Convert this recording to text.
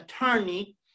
attorney